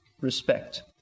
Respect